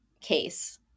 case